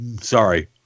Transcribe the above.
Sorry